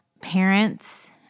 parents